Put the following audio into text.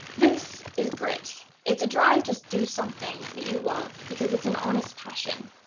this is grit. it's a drive to do something that you love, because it's an honest passion.